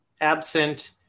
Absent